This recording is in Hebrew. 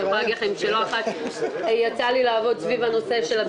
אני יכולה להגיד לכם שלא אחת יצא לי לעבוד בעניין הביטוחים.